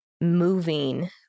moving